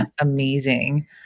amazing